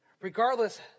Regardless